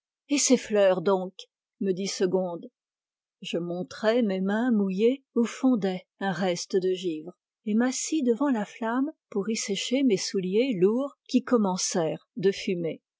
et ces fleurs donc me dit segonde je montrai mes mains mouillées où fondait un reste de givre et m'assis devant la flamme pour y sécher mes souliers lourds qui commencèrent de fumer